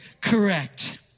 correct